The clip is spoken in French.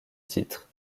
titre